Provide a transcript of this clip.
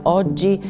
oggi